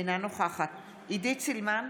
אינה נוכחת עידית סילמן,